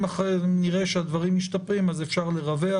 אם אכן נראה שהדברים משתפרים אז אפשר לרווח,